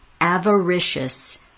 avaricious